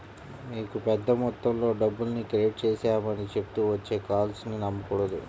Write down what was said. మీకు పెద్ద మొత్తంలో డబ్బుల్ని క్రెడిట్ చేశామని చెప్తూ వచ్చే కాల్స్ ని నమ్మకూడదు